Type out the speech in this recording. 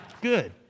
Good